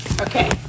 okay